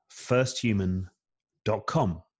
firsthuman.com